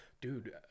dude